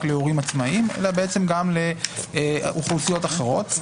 להורים עצמאים אלא גם לאוכלוסיות אחרות.